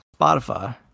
spotify